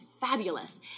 fabulous